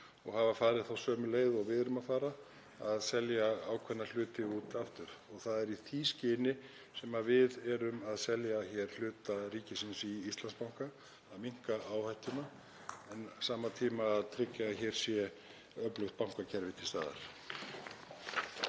og hafa farið sömu leið og við erum að fara, að selja ákveðna hluti út aftur. Það er í því skyni sem við erum að selja hlut ríkisins í Íslandsbanka; að minnka áhættuna en á sama tíma að tryggja að hér sé öflugt bankakerfi til staðar.